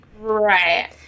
Right